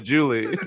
Julie